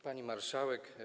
Pani Marszałek!